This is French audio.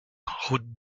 route